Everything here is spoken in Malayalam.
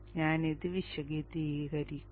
ഞാൻ ഇത് വിശദീകരിക്കും